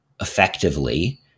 effectively